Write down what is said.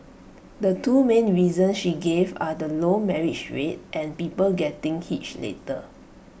the two main reasons she gave are the low marriage rate and people getting hitched later